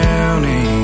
County